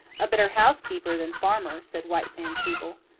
a better housekeeper than farmer, said white sands people.